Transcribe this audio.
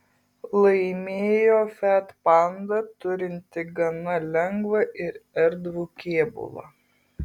laimėjo fiat panda turinti gana lengvą ir erdvų kėbulą